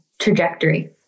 trajectory